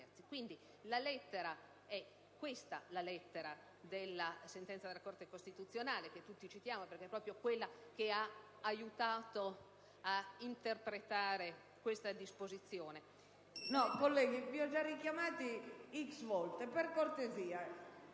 dunque, la lettera della sentenza della Corte costituzionale, che tutti citiamo perché è quella che ha aiutato ad interpretare tale disposizione.